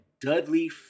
Dudley